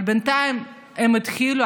בינתיים הם התחילו,